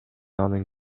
анын